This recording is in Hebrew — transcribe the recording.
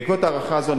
בעקבות הערכה זו,